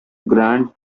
grant